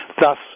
thus